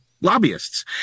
lobbyists